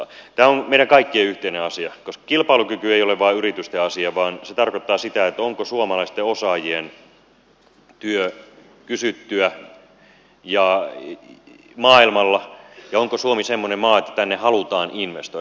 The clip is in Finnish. tämä on meidän kaikkien yhteinen asia koska kilpailukyky ei ole vain yritysten asia vaan se tarkoittaa sitä onko suomalaisten osaajien työ kysyttyä maailmalla ja onko suomi semmoinen maa että tänne halutaan investoida